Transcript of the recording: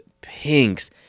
pinks